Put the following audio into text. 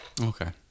Okay